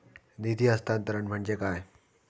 निधी हस्तांतरण म्हणजे काय?